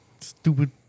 stupid